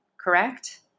correct